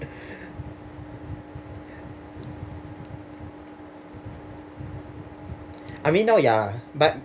I mean now ya but